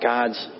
God's